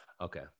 okay